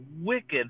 wicked